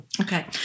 Okay